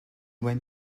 went